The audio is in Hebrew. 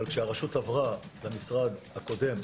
אבל כשהרשות עברה למשרד הקודם,